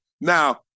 Now